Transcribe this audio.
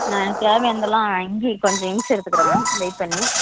நான் தேவையானதெல்லாம் இங்கையே கொஞ்சம் ஹிண்ட்ஸ் எடுத்துக்குறேன் மேம் வெயிட் பண்ணி